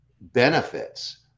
benefits